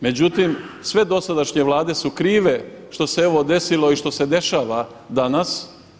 Međutim, sve dosadašnje Vlade su krive što se evo desilo i što se dešava danas.